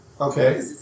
okay